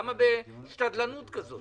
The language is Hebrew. למה בשתדלנות כזאת?